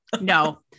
no